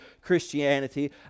Christianity